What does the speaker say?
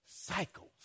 cycles